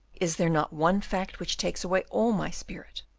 is there not one fact which takes away all my spirit,